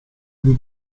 del